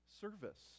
service